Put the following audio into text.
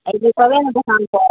अयबै तबे ने दोकानपर